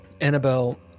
Annabelle